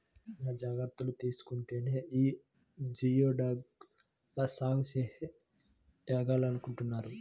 చానా జాగర్తలు తీసుకుంటేనే యీ జియోడక్ ల సాగు చేయగలమంటన్నారు